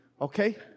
Okay